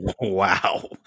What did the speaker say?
wow